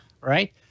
Right